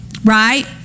right